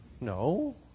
No